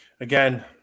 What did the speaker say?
Again